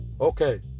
Okay